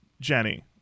Jenny